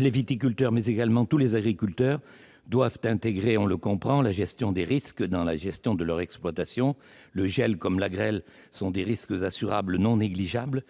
les viticulteurs, mais également tous les autres agriculteurs, doivent intégrer la gestion des risques dans la conduite de leur exploitation : le gel et la grêle sont des risques assurables non négligeables